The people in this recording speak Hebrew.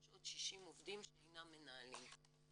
יש עוד 60 עובדים שאינם מנהלים.